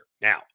Now